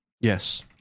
Yes